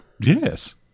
Yes